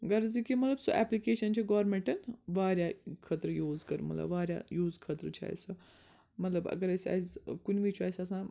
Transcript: غرض یہِ کہِ مطلب سۄ ایٚپلِکیشن چھِ گورمِنٹن واریاہ خٲطرٕ یوٗز کٔر مطلب واریاہ یوٗز خٲطرٕ چھِ اسہِ سۄ مطلب اگر اسہِ کُنہِ وِزۍ چھُ اسہِ آسان